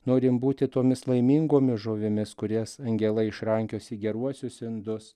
norim būti tomis laimingomis žuvimis kurias angelai išrankios į geruosius indus